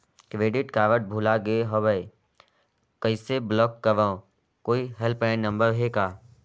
Credit card भुला गे हववं कइसे ब्लाक करव? कोई हेल्पलाइन नंबर हे का?